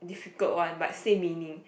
difficult one but same meaning